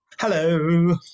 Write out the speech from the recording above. Hello